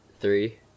Three